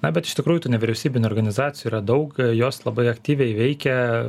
na bet iš tikrųjų tų nevyriausybinių organizacijų yra daug jos labai aktyviai veikia